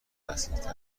وسیعتر